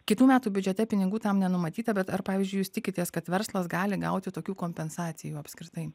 kitų metų biudžete pinigų tam nenumatyta bet ar pavyzdžiui jūs tikitės kad verslas gali gauti tokių kompensacijų apskritai